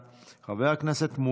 חבר הכנסת יברקן,